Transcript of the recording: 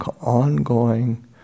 ongoing